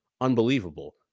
unbelievable